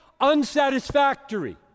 unsatisfactory